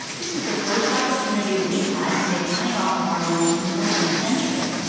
this is the first opportunity we've had to make money off of our land in more than a century.